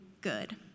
good